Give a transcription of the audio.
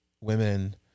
women